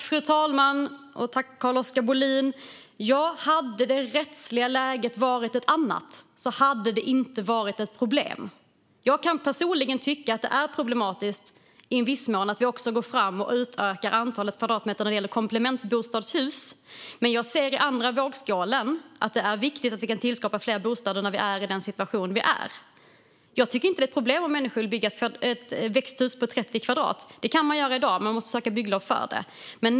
Fru talman! Jag vill tacka Carl-Oskar Bohlin. Hade det rättsliga läget varit ett annat hade det inte varit ett problem. Jag kan personligen tycka att det i viss mån är problematiskt att vi går fram med att utöka antalet kvadratmeter när det gäller komplementbostadshus. Men i den andra vågskålen ser jag att det i den här situationen är viktigt att vi kan skapa fler bostäder. Jag tycker inte att det är ett problem om människor vill bygga ett växthus på 30 kvadratmeter. Det kan man göra i dag, men man måste söka bygglov för det.